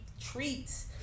Treats